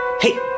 Hey